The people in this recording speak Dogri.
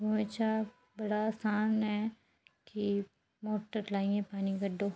कुएं चा बड़ा असान ऐ कि मोटर लाइयै पानी कड्ढो